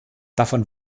davon